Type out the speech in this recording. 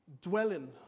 dwelling